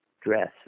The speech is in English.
dress